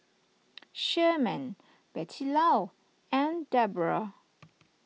Sherman Bettylou and Debora